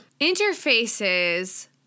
Interface's